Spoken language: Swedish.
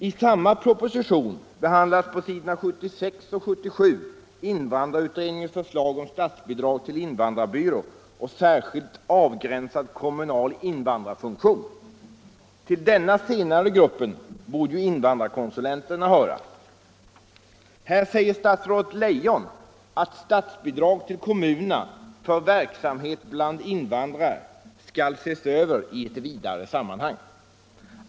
I samma proposition behandlas på s. 76 och 77 invandrarutredningens förslag om statsbidrag till invandrarbyrå och särskilt avgränsad kommunal invandrarfunktion. Till den senare gruppen borde ju invandrarkonsulenterna höra. Här säger statsrådet Leijon att statsbidrag till kommunerna för verksamhet bland invandrare skall ses över i ett vidare sammanhang.